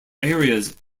areas